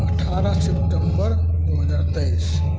अठारह सेप्टेम्बर दू हजार तेइस